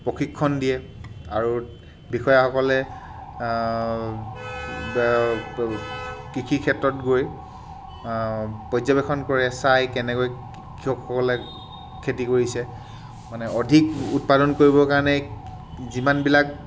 প্ৰশিক্ষণ দিয়ে আৰু বিষয়াসকলে কৃষি ক্ষেত্ৰত গৈ পৰ্যৱেক্ষণ কৰে চাই কেনেকৈ কৃষকসকলে খেতি কৰিছে মানে অধিক উৎপাদন কৰিবৰ কাৰণে যিমানবিলাক